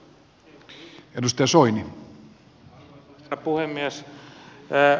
arvoisa herra puhemies